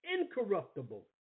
incorruptible